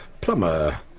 plumber